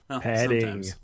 Padding